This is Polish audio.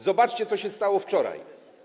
Zobaczcie, co się stało wczoraj.